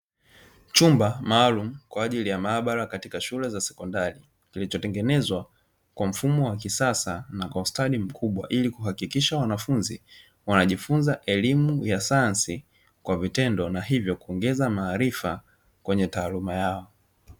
Chumba maalumu kwa ajili ya maabara katika shule za sekondari, kilichotengenezwa kwa mfumo wa kisasa na ustadi mkubwa, ili kuhakikisha wanafunzi wanajifunza elimu ya sayansi kwa vitendo na hivyo kuongeza maarifa kwenye taaluma yao.